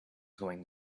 going